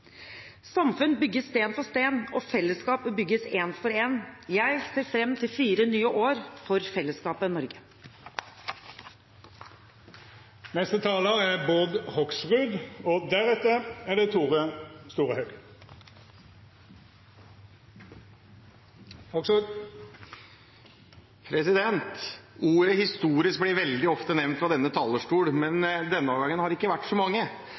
Samfunn bygges sten for sten, og fellesskap bygges en for en. Jeg ser fram til fire nye år for fellesskapet Norge. Ordet «historisk» blir veldig ofte nevnt fra denne talerstolen, men denne gangen har det ikke vært så mange